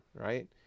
right